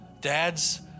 Dads